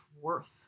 worth